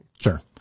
Sure